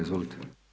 Izvolite.